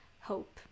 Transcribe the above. hope